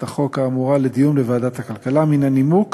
החוק האמורה לדיון בוועדת הכלכלה מן הנימוק